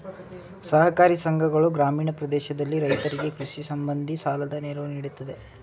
ಸಹಕಾರಿ ಸಂಘಗಳು ಗ್ರಾಮೀಣ ಪ್ರದೇಶದಲ್ಲಿ ರೈತರಿಗೆ ಕೃಷಿ ಸಂಬಂಧಿ ಸಾಲದ ನೆರವು ನೀಡುತ್ತಿದೆ